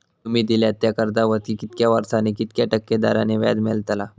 तुमि दिल्यात त्या कर्जावरती कितक्या वर्सानी कितक्या टक्के दराने व्याज लागतला?